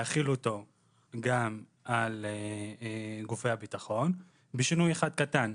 להחיל אותו גם על גופי הביטחון בשינוי אחד קטן.